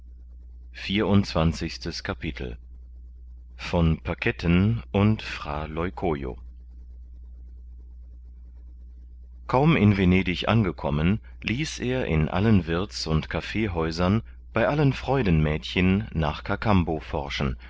vierundzwanzigstes kapitel von paketten und fra leucojo kaum in venedig angekommen ließ er in allen wirths und kaffeehäusern bei allen freudenmädchen nach kakambo forschen